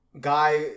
guy